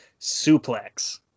suplex